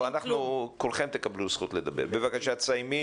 כולכם תקבלו זכות לדבר, בבקשה תסיימי